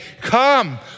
come